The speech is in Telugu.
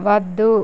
వద్దు